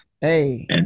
hey